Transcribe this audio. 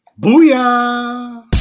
booyah